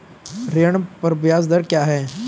ऋण पर ब्याज दर क्या है?